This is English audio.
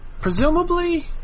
Presumably